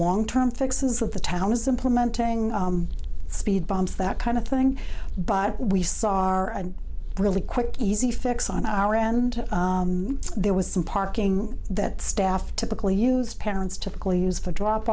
long term fixes that the town is implementing speed bumps that kind of thing but we saw our really quick easy fix on our end there was some parking that staff typically used parents typically use for drop